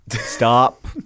Stop